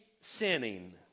sinning